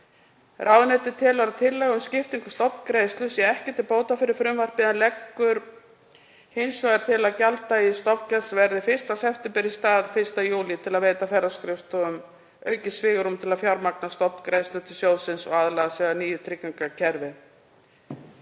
Ráðuneytið telur að tillaga um skiptingu stofngreiðslu sé ekki til bóta fyrir frumvarpið en leggur hins vegar til að gjalddagi stofngjalds verði 1. september í stað 1. júlí til að veita ferðaskrifstofum aukið svigrúm til að fjármagna stofngreiðslur til sjóðsins og aðlaga sig að nýju tryggingakerfi.